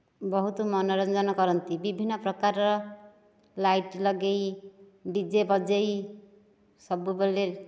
ବହୁତ ମନୋରଂଜନ କରନ୍ତି ବିଭିନ୍ନପ୍ରକାରର ଲାଇଟ୍ ଲଗାଇ ଡି ଜେ ବଜାଇ ସବୁବେଳେ